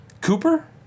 Cooper